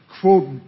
quote